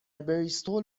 بریستول